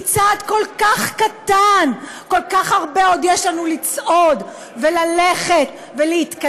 היא צעד כל כך קטן; כל כך הרבה עוד יש לנו לצעוד וללכת ולהתקדם.